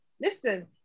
listen